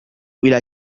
إلى